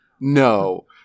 No